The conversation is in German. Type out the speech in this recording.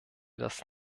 das